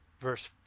verse